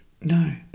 No